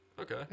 Okay